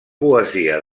poesia